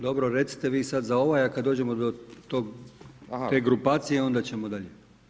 Dobro, recite vi sad za ovaj a kada dođemo do tog, te grupacije onda ćemo dalje.